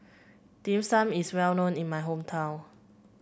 Dim Sum is well known in my hometown